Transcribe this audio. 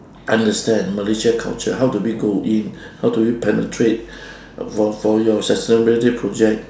understand malaysia culture how do we go in how do we penetrate for for your sustainability project